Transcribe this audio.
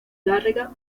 garriga